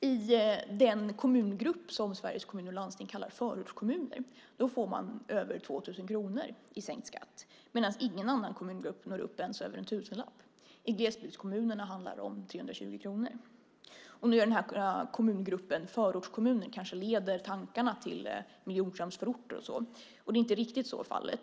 I den kommungrupp som Sveriges Kommuner och Landsting kallar förortskommuner får man över 2 000 kronor i sänkt skatt, medan ingen annan kommungrupp når upp ens till över en tusenlapp. I glesbygdskommunerna handlar det om 320 kronor. Kommungruppen förortskommuner kanske leder tankarna till miljonprogramsförorter. Men det är inte riktigt fallet.